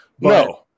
No